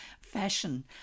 Fashion